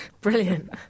Brilliant